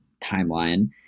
timeline